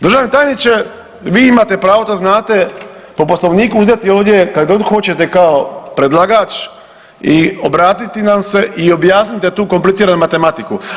Državni tajniče vi imate pravo da znate po Poslovniku uzeti ovdje kad god hoćete kao predlagač i obratiti nam se i objasnite tu kompliciranu matematiku.